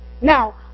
Now